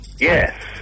Yes